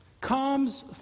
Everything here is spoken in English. Comes